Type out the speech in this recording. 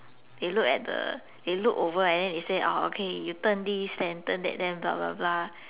they look at the they look over and then they say oh okay you turn this then turn that then blah blah blah